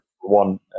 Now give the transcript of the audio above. one